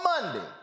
Monday